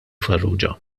farrugia